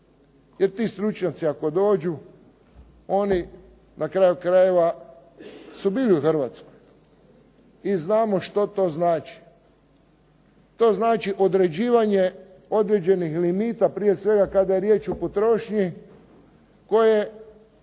Jer ti stručnjaci ako dođu oni na kraju krajeva su bili u Hrvatskoj i znamo što to znači. To znači određivanje određenih limita prije svega kada je riječ o potrošnji koje